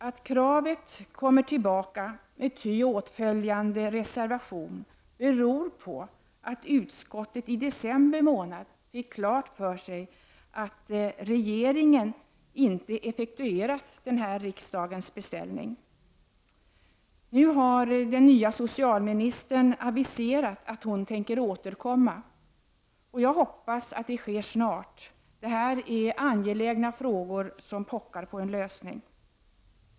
Att kravet kommer tillbaka med ty åtföljande reservation beror på att utskottet i december månad fick klart för sig att regeringen ännu inte effektuerat riksdagens beställning. Den nya socialministern har aviserat att hon ämnar återkomma i frågan. Jag hoppas att det sker snart. Detta är angelägna frågor som pockar på sin lösning.